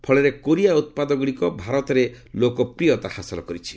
ଫଳରେ କୋରିଆ ଉତ୍ପାଦଗୁଡିକ ଭାରତରେ ଲୋକପ୍ରିୟତା ହାସଲ କରିଛି